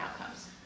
outcomes